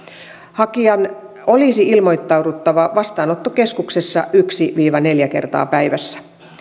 hakijan olisi ilmoittauduttava vastaanottokeskuksessa yksi viiva neljä kertaa päivässä